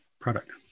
product